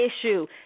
issue